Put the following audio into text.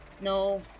no